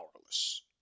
powerless